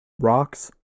rocks